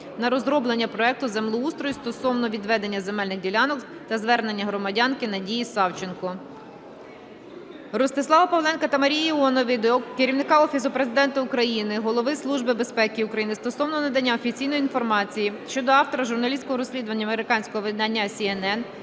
на розроблення проекту землеустрою стосовно відведення земельних ділянок за зверненням громадянки Надії Савченко. Ростислава Павленка та Марії Іонової до Керівника Офісу Президента України, Голови Служби безпеки України стосовно надання офіційної інформації щодо автора журналістського розслідування американського видання CNN